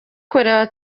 kureba